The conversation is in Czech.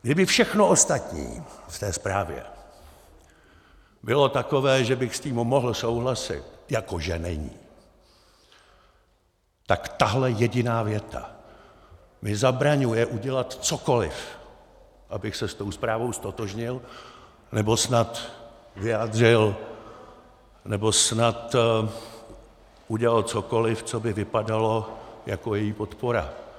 Kdyby všechno ostatní v té zprávě bylo takové, že bych s tím mohl souhlasit, jako že není, tak tahle jediná věta mi zabraňuje udělat cokoliv, abych se s tou zprávou ztotožnil, nebo snad vyjádřil, nebo snad udělal cokoliv, co by vypadalo jako její podpora.